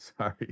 Sorry